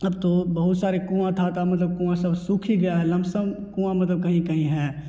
अब तो बहुत सारे कुएँ था ता मतलब कुएँ सब सूख ही गए हैं लम सम कुआँ मतलब कहीं कहीं हैं